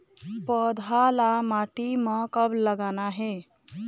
पौधा ला माटी म कब लगाना हे?